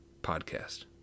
Podcast